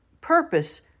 purpose